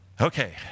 Okay